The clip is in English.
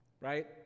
right